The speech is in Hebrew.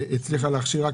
הצליחה להכשיר רק